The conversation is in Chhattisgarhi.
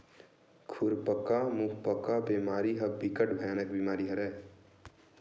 खुरपका मुंहपका बेमारी ह बिकट भयानक बेमारी हरय